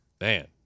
Man